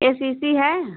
ए C C है